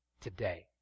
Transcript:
today